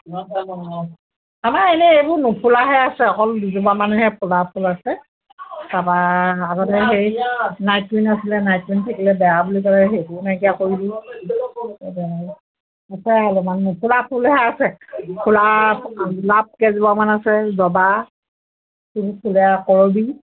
আমাৰ এনেই এইবোৰ নুফুলাহে আছে অকল দুজোপা মানহে ফুলা ফুল আছে তাপা আগতে হেৰি নাইট্ৰিন আছিলে নাইট্ৰিন থাকিলে বেয়া বুলি ক'লে সেইবোৰ নাইকিয়া কৰি দিলোঁ নুফুলা ফুলহে আছে ফুলা গোলাপ কেইজোপা মান আছে জবা ফুলে কৰবি